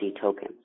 tokens